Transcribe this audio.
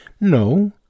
No